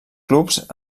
clubs